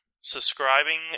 subscribing